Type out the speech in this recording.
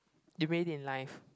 they made it in life